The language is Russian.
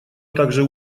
также